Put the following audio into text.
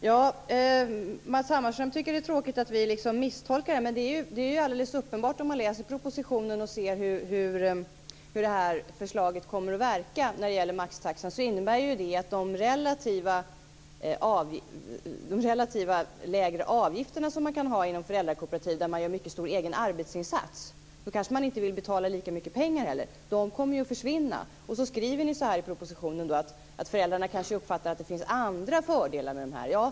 Herr talman! Matz Hammarström tycker att det är tråkigt att vi misstolkar, men det är ju alldeles uppenbart när man läser propositionen och ser hur förslaget om maxtaxa kommer att verka att de relativt sett lägre avgifter som man kan ha inom föräldrakooperativ, där man gör en mycket stor egen arbetsinsats, kommer att försvinna. I propositionen står det att föräldrarna kanske uppfattar att det finns andra fördelar med föräldrakooperativ.